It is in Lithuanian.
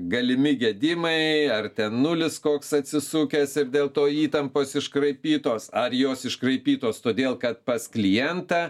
galimi gedimai ar ten nulis koks atsisukęs ir dėl to įtampos iškraipytos ar jos iškraipytos todėl kad pas klientą